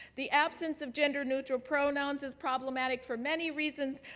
the absence of gender neutral pronouns is problematic for many reasons,